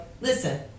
listen